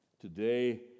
Today